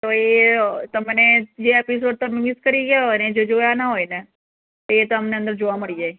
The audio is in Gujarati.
તો એ તમને જે એપિસોડ તમે મિસ કરી ગયા હોય ને એ જો જોયા ના હોય ને એ તમને અંદર જોવા મળી જાય